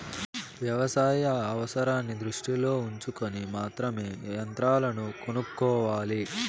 వ్యవసాయ అవసరాన్ని దృష్టిలో ఉంచుకొని మాత్రమే యంత్రాలను కొనుక్కోవాలి